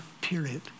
period